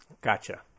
Gotcha